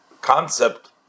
concept